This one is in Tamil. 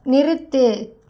நிறுத்து